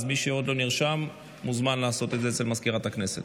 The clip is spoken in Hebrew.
אז מי שעוד לא נרשם מוזמן לעשות את זה אצל סגנית מזכיר הכנסת.